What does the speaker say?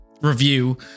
review